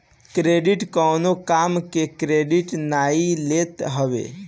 credit कवनो काम के क्रेडिट नाइ लेत हवे